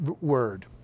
word